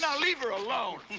so leave her alone.